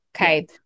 okay